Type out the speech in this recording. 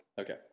Okay